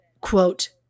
quote